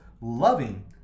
loving